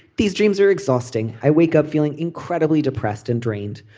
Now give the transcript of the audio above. these dreams are exhausting. i wake up feeling incredibly depressed and drained.